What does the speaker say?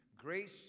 Grace